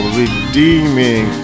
redeeming